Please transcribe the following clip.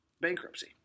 bankruptcy